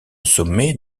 sommet